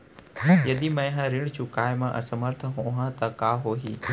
यदि मैं ह ऋण चुकोय म असमर्थ होहा त का होही?